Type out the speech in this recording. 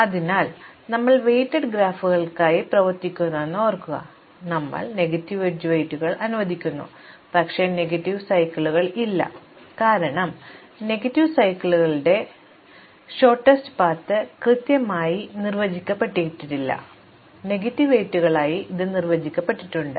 അതിനാൽ ഞങ്ങൾ വെയ്റ്റഡ് ഗ്രാഫുകളുമായി പ്രവർത്തിക്കുന്നുവെന്ന് ഓർക്കുക ഞങ്ങൾ നെഗറ്റീവ് എഡ്ജ് വെയ്റ്റുകൾ അനുവദിക്കുന്നു പക്ഷേ നെഗറ്റീവ് സൈക്കിളുകളല്ല കാരണം നെഗറ്റീവ് സൈക്കിളുകളിൽ ഞങ്ങളുടെ ഹ്രസ്വ പാത കൃത്യമായി നിർവചിക്കപ്പെട്ടിട്ടില്ല നെഗറ്റീവ് വെയ്റ്റുകളുമായി ഇത് നന്നായി നിർവചിക്കപ്പെട്ടിട്ടുണ്ട്